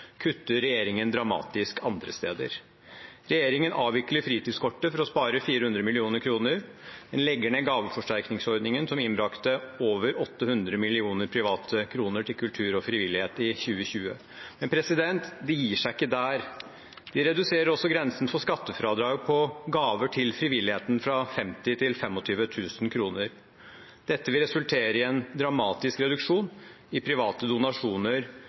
kutter regjeringen dramatisk andre steder. Regjeringen avvikler fritidskortet for å spare 400 mill. kr og legger ned gaveforsterkningsordningen, som innbrakte over 800 mill. private kroner til kultur og frivillighet i 2020. Men de gir seg ikke der. De reduserer også grensen for skattefradrag på gaver til frivilligheten fra 50 000 til 25 000 kr. Dette vil resultere i en dramatisk reduksjon i private donasjoner